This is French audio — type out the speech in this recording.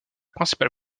principale